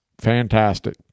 Fantastic